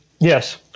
Yes